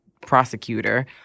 prosecutor